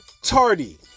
Tardy